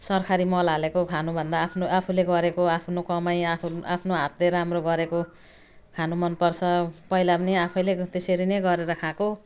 सरकारी मल हालेको खानुभन्दा आफ्नो आफूले गरेको आफ्नो कमाइ आफू आफ्नो हातले राम्रो गरेको खानु मन पर्छ पहिला पनि आफैँले त्यसरी नै गरेर खाएको